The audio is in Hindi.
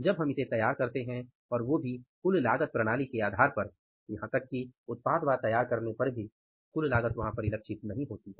जब हम इसे तैयार करते हैं और वो भी कुल लागत प्रणाली के आधार पर यहां तक कि उत्पादवार तैयार करने पर भी कुल लागत वहां परिलक्षित नहीं होती है